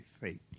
fate